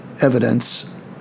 evidence